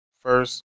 first